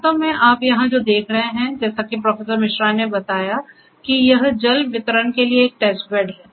वास्तव में आप यहां जो देख रहे हैं जैसा कि प्रोफेसर मिश्रा ने बतायाmकि यह जल वितरण के लिए एक टेस्ट बेड है